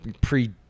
pre